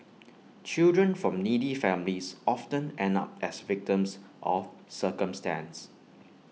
children from needy families often end up as victims of circumstance